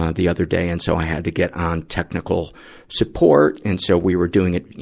ah the other day. and so, i had to get on technical support. and so, we were doing it, you